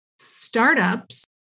Startups